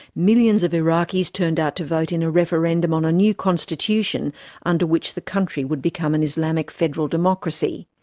millions of iraqis turned out to vote in a referendum on a new constitution under which the country would become an islamic federal democracy.